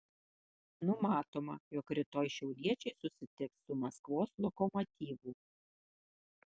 numatoma jog rytoj šiauliečiai susitiks su maskvos lokomotyvu